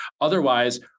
Otherwise